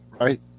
right